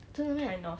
真的 meh